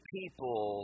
people